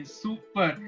super